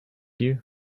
you